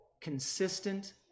consistent